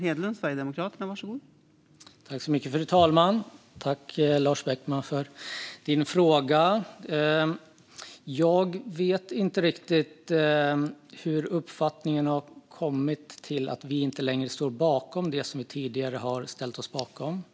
Fru talman! Tack för din fråga, Lars Beckman! Jag vet inte riktigt hur du har kommit fram till uppfattningen att vi inte längre står bakom det vi tidigare har ställt oss bakom.